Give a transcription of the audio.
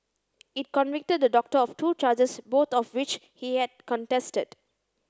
it convicted the doctor of two charges both of which he had contested